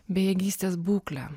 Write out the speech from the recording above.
bejėgystės būklę